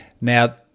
Now